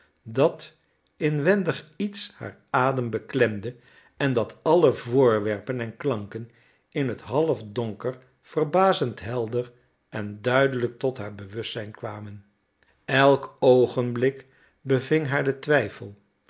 dat inwendig iets haar adem beklemde en dat alle voorwerpen en klanken in het halfdonker verbazend helder en duidelijk tot haar bewustzijn kwamen elk oogenblik beving haar de twijfel